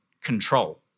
control